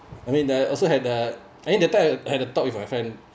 I mean I also had the I mean that time had had a talk with my friend